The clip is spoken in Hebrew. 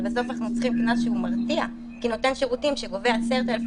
ובסוף אנחנו צריכים קנס מרתיע כי נותן שירותים שגובה 10,000